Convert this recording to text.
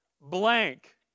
blank